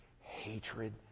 hatred